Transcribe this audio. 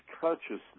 consciousness